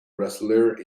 wrestler